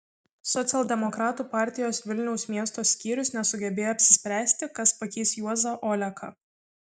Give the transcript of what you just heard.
socialdemokratų partijos vilniaus miesto skyrius nesugebėjo apsispręsti kas pakeis juozą oleką